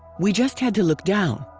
we just had to look down.